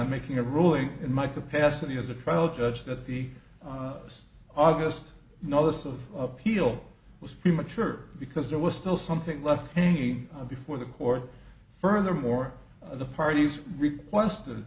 i'm making a ruling in my capacity as a trial judge that the us august no this of appeal was premature because there was still something left hanging before the court furthermore the parties request